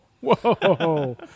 whoa